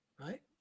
Right